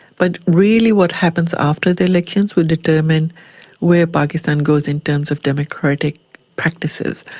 but really what happens after the elections will determine where pakistan goes in terms of democratic practices,